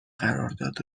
قرارداد